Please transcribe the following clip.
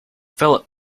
philip